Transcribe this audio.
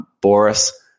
Boris